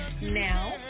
Now